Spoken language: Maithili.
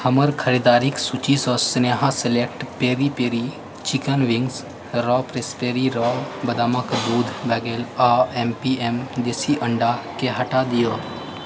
हमर खरीदारिक सूचीसँ Sneha select peri peri chicken wings raw प्रेस्सेरी बदामके दूध आ एम पी एम देशी अंडा केँ हटा दिअऽ